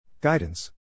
Guidance